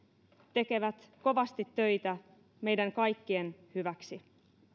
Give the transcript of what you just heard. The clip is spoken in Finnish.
tekevät kovasti töitä meidän kaikkien hyväksi